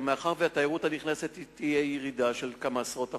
מאחר שבתיירות הנכנסת תהיה ירידה של כמה עשרות אחוזים,